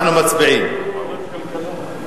אנחנו מצביעים.